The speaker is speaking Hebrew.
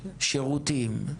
שירותים.